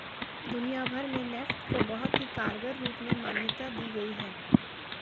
दुनिया भर में नेफ्ट को बहुत ही कारगर रूप में मान्यता दी गयी है